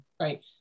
right